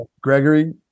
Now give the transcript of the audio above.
Gregory